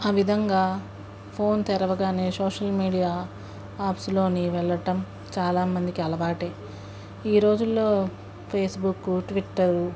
ఆ విధంగా ఫోన్ తెరవగానే సోషల్ మీడియా యాప్స్లో వెళ్ళడం చాలామందికి అలవాటు ఈరోజులలో ఫేస్బుక్కు ట్విట్టరు